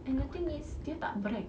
and the thing is dia tak brag